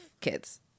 kids